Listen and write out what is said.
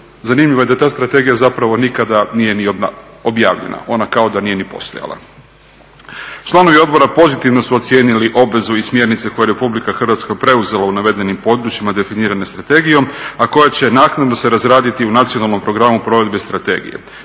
Zanimljivo je da ta strategija zapravo nikada nije ni objavljena, ona kao da nije ni postojala. Članovi odbora pozitivno su ocijenili obvezu i smjernice koje je Republika Hrvatska preuzela u navedenim područjima definirane strategijom, a koja će naknadno se razraditi u Nacionalnom programu provedbe strategije.